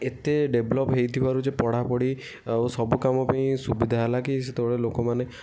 ଏତେ ଡେଭଲପ୍ ହେଇଥିବାରୁ ଯେ ପଢ଼ାପଢ଼ି ଆଉ ସବୁ କାମ ପାଇଁ ସୁବିଧା ହେଲା କି ସେତେବେଳେ ଲୋକମାନେ